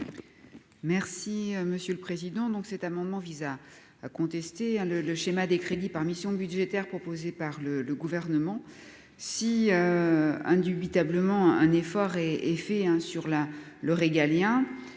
Merci monsieur le président, donc, cet amendement visa contester le le schéma des crédits par mission budgétaire proposée par le le gouvernement si indubitablement un effort et effet hein sur la le régalien